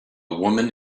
woman